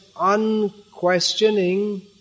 unquestioning